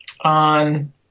on